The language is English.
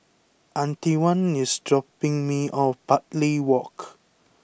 Antione is dropping me off Bartley Walk